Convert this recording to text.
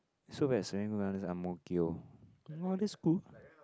so when Serangoon Gardens ang-mo-kio this school